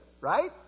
right